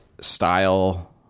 style